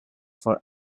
for